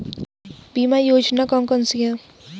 बीमा योजना कौन कौनसी हैं?